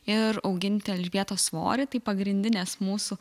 ir auginti elžbietos svorį tai pagrindinės mūsų